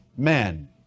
men